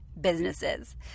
businesses